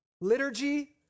liturgy